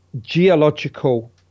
geological